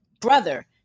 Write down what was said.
brother